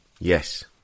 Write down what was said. Yes